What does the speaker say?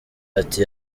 ati